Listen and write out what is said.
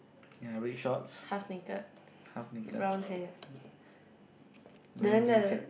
ya red shorts half naked then green cap